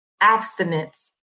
abstinence